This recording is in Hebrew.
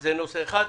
זה נושא אחד.